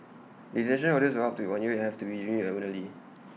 desertion orders are up to A New Year and have to be reviewed annually